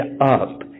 up